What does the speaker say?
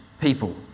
people